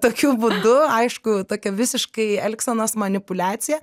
tokiu būdu aišku tokia visiškai elgsenos manipuliacija